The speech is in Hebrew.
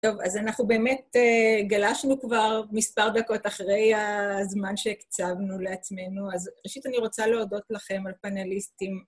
טוב, אז אנחנו באמת גלשנו כבר מספר דקות אחרי הזמן שהקצבנו לעצמנו, אז ראשית אני רוצה להודות לכם הפנליסטים.